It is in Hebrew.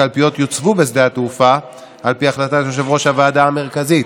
הקלפיות יוצבו בשדה תעופה על פי החלטת יושב-ראש הוועדה המרכזית,